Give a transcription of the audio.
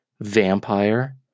Vampire